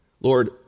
Lord